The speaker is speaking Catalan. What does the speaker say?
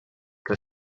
que